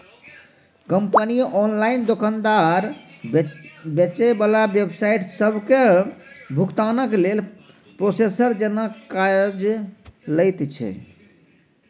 company online दोकानदार, बेचे बला वेबसाइट सबके भुगतानक लेल प्रोसेसर जेना काज लैत छै